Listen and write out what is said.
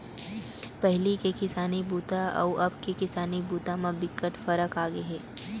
पहिली के किसानी बूता अउ अब के किसानी बूता म बिकट फरक आगे हे